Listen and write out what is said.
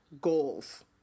Goals